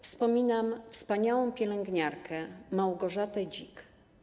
Wspominam wspaniałą pielęgniarkę Małgorzatę Dzik.